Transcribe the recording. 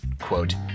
quote